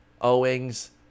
Owings